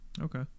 Okay